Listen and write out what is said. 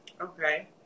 Okay